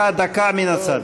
הצעת